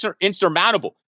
insurmountable